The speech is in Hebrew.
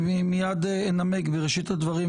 שים לב לגוורדיה הבכירה שהם שולחים לוועדות האלה.